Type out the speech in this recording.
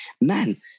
Man